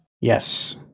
Yes